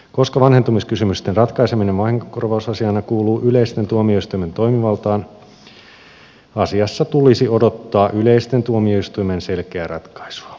koska vanhentumiskysymysten ratkaiseminen vahingonkorvausasiana kuuluu yleisten tuomioistuimien toimivaltaan asiassa tulisi odottaa yleisten tuomioistuimien selkeää ratkaisua